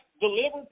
delivered